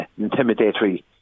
intimidatory